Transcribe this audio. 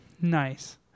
Nice